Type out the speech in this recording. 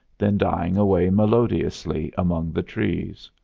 then dying away melodiously among the trees.